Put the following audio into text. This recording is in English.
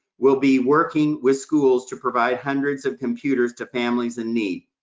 will be working with schools to provide hundreds of computers to families in need.